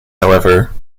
however